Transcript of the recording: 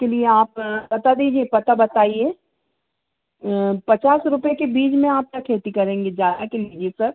के लिए आप बता दीजिए पता बताइए पचास रुपये के बीज में आप क्या खेती करेंगे ज़्यादा के लीजिए सर